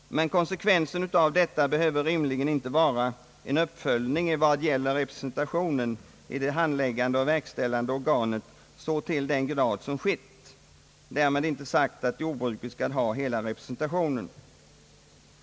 Men konsekvensen av detta behöver rimligen inte vara en uppföljning beträffande representationen i det handläggande och verkställande organet så till den grad som skett, därmed inte sagt att jordbruket skulle ha hela representationen.